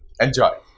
Enjoy